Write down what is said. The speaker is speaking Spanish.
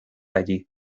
allí